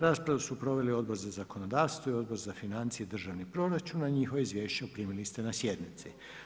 Raspravu su proveli Odbor za zakonodavstvo i Odbor financije i državni proračun, a njihova izvješća ste primili na sjednici.